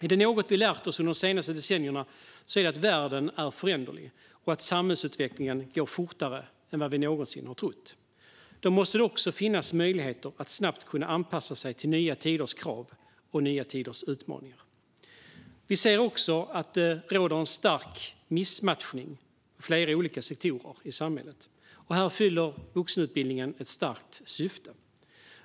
Om det är något vi under de senaste decennierna har lärt oss är det att världen är föränderlig och att samhällsutvecklingen går fortare än vad vi någonsin har trott. Därför måste det också finnas möjligheter att snabbt kunna anpassa sig till nya tiders krav och utmaningar. Sverigedemokraterna ser också att det råder en stor missmatchning inom flera olika sektorer i samhället. Här fyller vuxenutbildningen ett stort syfte.